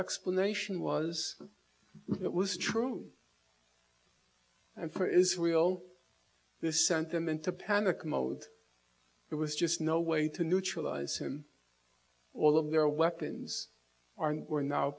explanation was it was true and for israel this sent them into panic mode it was just no way to neutralize him all of their weapons are are now